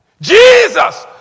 Jesus